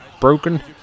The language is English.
broken